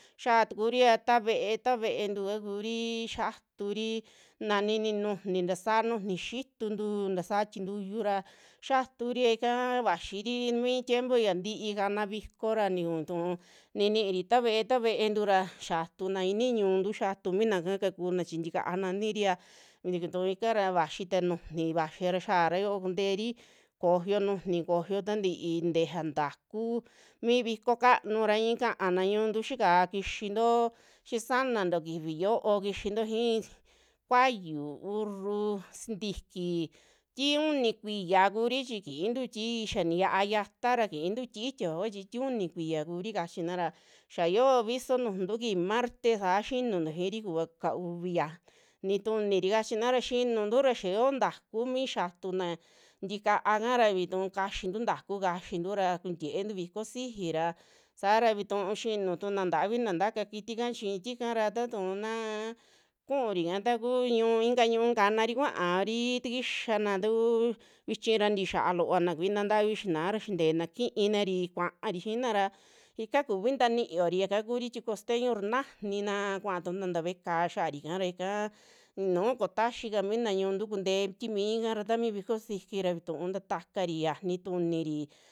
Xii tukurira ta ve'e ta ve'entu kakuri xiaturi na, ninii nujuni taasa nujuni xituntu, taasa tintuyu ra xiaturi ra ika vaxiri mi tiempo ya ntii kana viko ra tiku tuu niniri ta ve'e, ta ve'entu ra xiatuna ini ñuntu xiatu minaka kakuna chi ntika kaniria tikuu tuu ikara vaxi ta nujuni vaxi ra xiara yoo kunteri, koyo nuni koyo tantii tejea ntaku mi viko kanu ra ikaana ñuntu xii ka'á kixinto xii sananto kifi yo'o kixinto ii kuayu, urru sintiki ti uni kuiya kuuri chi kiintu tii xia ni yaa yata ra, kintu tii itia kuakua chi ti uni kuri kachina ra. xa yoo viso nujuntu kiji marte saa xinunto xiiri kuva kauvi xia- ni tuniri kachina ra, xinuntu ra xa xio ntaku mi mi xatuna ntikaaka ra vituu kaxintu taku kaxintu ra, kuntientu viko xiji ra saara vituu xinu tu naa ntavii na taka kitika chi tika ra taatu naa kurika taku ñu'un ika ñu'u kanari kaari takixana takuu vichi ra tixiaa loo na kuina ntavi xianaa ra xinteena, kiinari kuari xiina ra ika tuvi ntaa niyori xaka kuri ti costeño ra najanina kua tuna ntaa ve'e ka'á xiari kaara ika nuu koo taxika mina ñu'untu kentee ti miika ra ta mi viko sisiki ra vituu tatakari xiani tuniri.